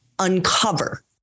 uncover